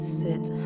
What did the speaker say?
sit